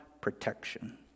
protection